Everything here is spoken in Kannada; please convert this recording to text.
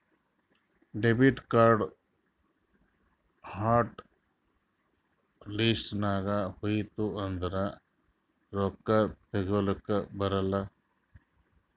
ಡೆಬಿಟ್ ಕಾರ್ಡ್ ಹಾಟ್ ಲಿಸ್ಟ್ ನಾಗ್ ಹೋಯ್ತು ಅಂದುರ್ ರೊಕ್ಕಾ ತೇಕೊಲಕ್ ಬರಲ್ಲ